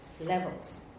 levels